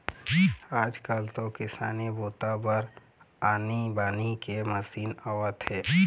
आजकाल तो किसानी बूता बर आनी बानी के मसीन आवत हे